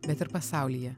bet ir pasaulyje